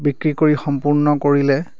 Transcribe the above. বিক্ৰী কৰি সম্পূৰ্ণ কৰিলে